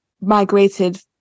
migrated